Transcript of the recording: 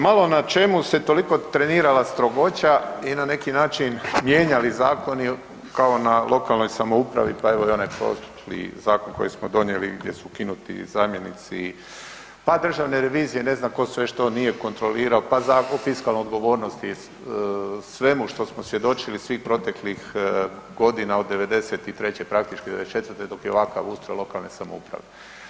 Malo na čemu se toliko trenirala strogoća i na neki način mijenjali zakon kao na lokalnoj samoupravi, pa evo i onaj prošli zakon koji smo donijeli gdje su ukinuti zamjenici pa državne revizije i ne znam ko sve što nije kontrolirao pa Zakon o fiskalnoj odgovornosti svemu što smo svjedočili svih proteklih godina od '93., praktički '94. dok je ovakav ustroj lokalne samouprave.